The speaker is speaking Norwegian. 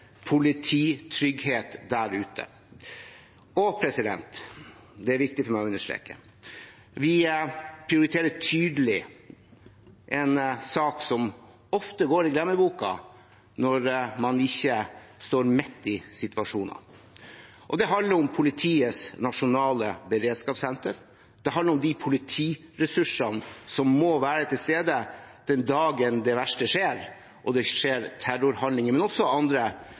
polititrygghet der ute. Vi – og dette er viktig for meg å understreke – prioriterer tydelig en sak som ofte går i glemmeboken når man ikke står midt i situasjonene. Det handler om Politiets nasjonale beredskapssenter. Det handler om de politiressursene som må være til stede den dagen det verste skjer – terrorhandlinger, men også andre